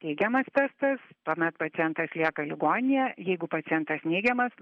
teigiamas testas tuomet pacientas lieka ligoninėje jeigu pacientas neigiamas